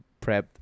prepped